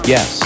Yes